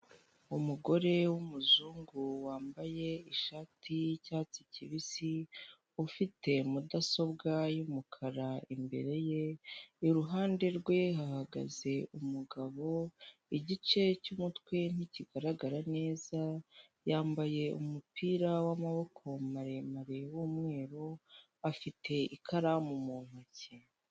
Umugore w'umuzungu wambaye ishati y'icyatsi cyibisi ufite mudasobwa y'umukara imbere ye; iruhande rwe hahagaze umugabo igice cy'umutwe ntikigaragara neza, yambaye umupira w'amaboko maremare w'umweru afite ikaramu mu ntoki.